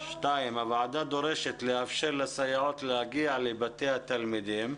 הוועדה דורשת לאפשר לסייעות להגיע לבתי התלמידים.